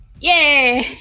Yay